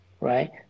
right